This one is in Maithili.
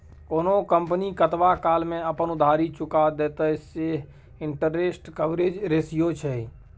कोनो कंपनी कतबा काल मे अपन उधारी चुका देतेय सैह इंटरेस्ट कवरेज रेशियो छै